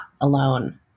alone